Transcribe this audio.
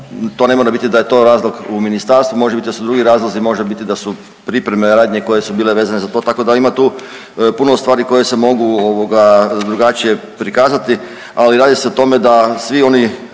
to ne mora biti da je to razlog u ministarstvu može biti da su drugi razlozi, može biti da su pripremne radnje koje su bile vezne za to tako da tu ima puno stvari koje se mogu drugačije prikazati. Ali radi se o tome da svi oni